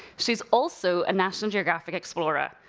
she's also a national geographic explorer.